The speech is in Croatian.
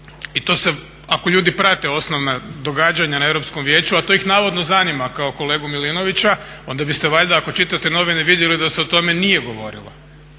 i to ako ljudi prate osnovna događanja na Europskom vijeću, a to ih navodno zanima kao kolegu Milinovića, onda biste valjda ako čitate novine vidjeli da se o tome nije govorilo.